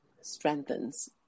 strengthens